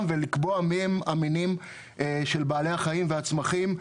ולקבוע מי הם המינים של בעלי החיים והצמחים,